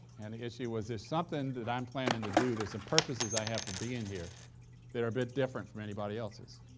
and the issue was, there's something that i'm planning to do, there's some purposes i have for being here that are a bit different from anybody else's,